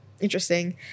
interesting